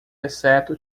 exceto